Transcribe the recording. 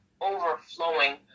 overflowing